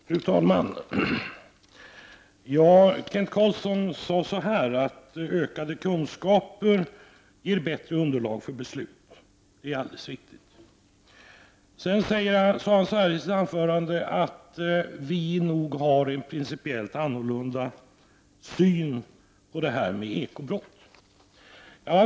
Fru talman! Kent Carlsson sade att ökade kunskaper ger bättre underlag för beslut. Det är alldeles riktigt. Sedan sade han i sitt anförande att vi nog har en principiellt annorlunda syn på ekobrott.